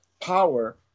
power